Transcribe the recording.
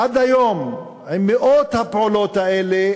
עד היום עם מאות הפעולות האלה,